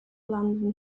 london